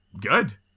Good